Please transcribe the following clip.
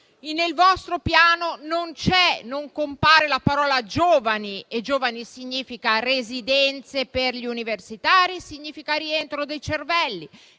Nel vostro Piano non compare la parola «giovani». Giovani significa residenze per gli universitari e rientro dei cervelli.